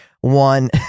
one